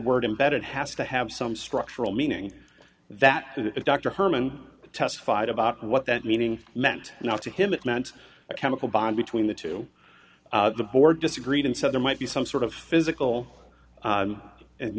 word embedded has to have some structural meaning that dr herman testified about what that meaning meant not to him it meant a chemical bond between the two the board disagreed and said there might be some sort of physical